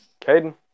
Caden